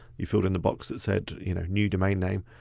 you filled in the box that said you know new domain name,